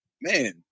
man